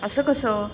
असं कसं